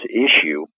issue